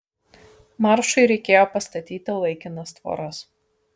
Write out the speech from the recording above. maršui reikėjo pastatyti laikinas tvoras